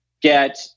get